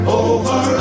over